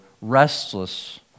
restless